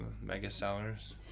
mega-sellers